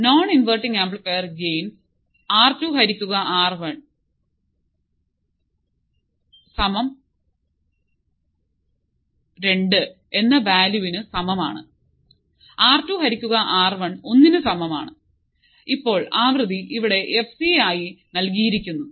non inverting amplifier gain R two ഹരികുക R one രണ്ടു എന്ന വാല്യൂ വിനു സമമാണ് ആർ ടു ഹരികുക ആർ വൺ ഒന്നിന് സമമാണ് ഇപ്പോൾ ആവൃത്തി ഇവിടെ എഫ് സി ആയി നൽകിയിരിക്കുന്നു